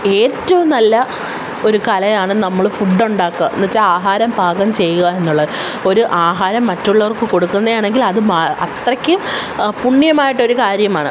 ഏറ്റോം നല്ല ഒരു കലയാണ് നമ്മൾ ഫുഡുണ്ടാക്കുക എന്ന് വെച്ചാൽ ആഹാരം പാകം ചെയ്യുക എന്നുള്ളത് ഒരു ആഹാരം മറ്റുള്ളവർക്ക് കൊടുക്കുന്നെയാണെങ്കിൽ അത് അത്രയ്ക്കും പുണ്യമായിട്ടൊരു കാര്യമാണ്